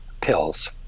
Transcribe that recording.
pills